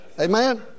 Amen